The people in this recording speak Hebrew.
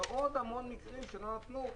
ועוד המון מקרים שלא נתנו.